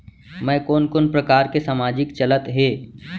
मैं कोन कोन प्रकार के सामाजिक चलत हे?